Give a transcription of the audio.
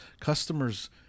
Customers